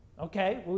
Okay